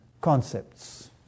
concepts